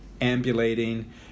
ambulating